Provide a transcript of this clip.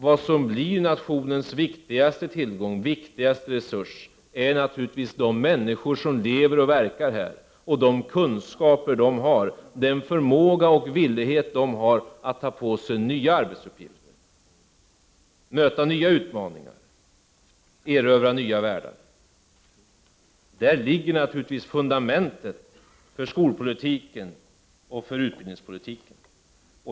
Vad som blir nationens viktigaste resurs är naturligtvis de människor som lever och verkar här och de kunskaper de har, den förmåga och villighet de har att ta på sig nya arbetsuppgifter, möta nya uppmaningar, erövra nya världar. Där ligger naturligtvis fundamentet för skolpolitiken och för utbildningspolitiken.